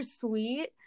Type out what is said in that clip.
sweet